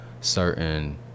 certain